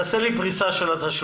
תעשה לי פריסה של התשלומים.